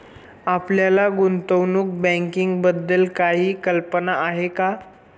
आपल्याला गुंतवणूक बँकिंगबद्दल काही कल्पना आहे का?